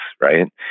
Right